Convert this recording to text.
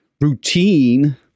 routine